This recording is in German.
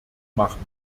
machen